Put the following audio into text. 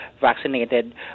vaccinated